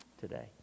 today